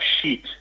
sheet